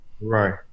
Right